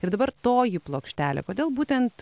ir dabar toji plokštelė kodėl būtent